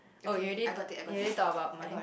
oh you already you already talk about mine